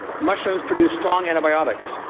mushrooms produce strong antibiotics.